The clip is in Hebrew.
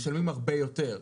משלמים הרבה יותר.